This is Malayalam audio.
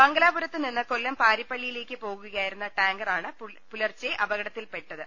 മംഗലാപുരത്തു നിന്ന് കൊല്ലം പാരി പ്പള്ളിയിലേക്ക് പോകുകയായിരുന്ന ടാങ്കറാണ് പുലർച്ചെ അപകടത്തിൽപ്പെട്ടത്